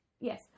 Yes